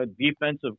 defensive